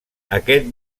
aquest